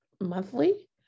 monthly